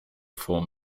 form